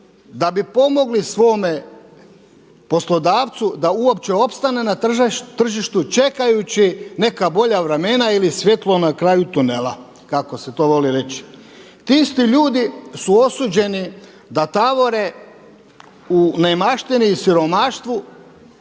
da bi pomogli svome poslodavcu da uopće opstane na tržištu, čekajući neka bolja vremena ili svjetlo na kraju tunela, kako se to voli reći. Ti isti ljudi su osuđeni da tavore u neimaštini i siromaštvu,